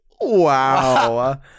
Wow